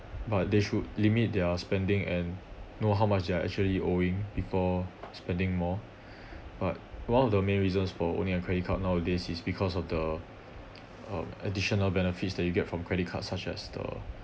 but they should limit their spending and know how much they're actually owing before spending more but one of the main reasons for owning a credit card nowadays is because of the um additional benefits that you get from credit card such as the